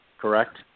correct